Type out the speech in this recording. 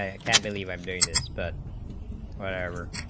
ah can't believe i'm doing this but whenever